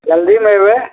जल्दीमे एबै